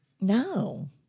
No